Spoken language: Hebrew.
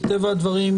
מטבע הדברים,